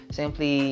simply